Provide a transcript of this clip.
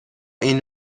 این